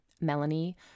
Melanie